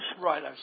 Right